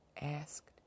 asked